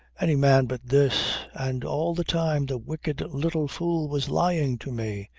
any man but this. and all the time the wicked little fool was lying to me.